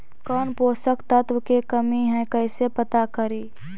कौन पोषक तत्ब के कमी है कैसे पता करि?